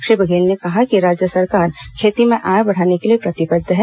श्री बघेल ने कहा कि राज्य सरकार खेती में आय बढ़ाने के लिए प्रतिबद्ध है